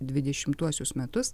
dvidešimtuosius metus